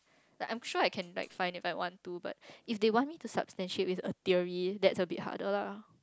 like I'm sure I can like find if I want to but if they want to substantiate with a theory then that's a bit harder lah